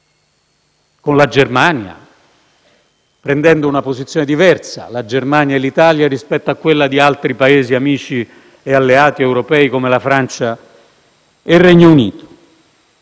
con la Germania, prendendo una posizione diversa - la Germania e l'Italia - rispetto a quella di altri Paesi amici e alleati europei, come la Francia e il Regno Unito.